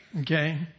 Okay